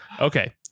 okay